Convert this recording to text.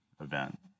event